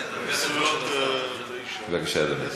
בבקשה, אדוני.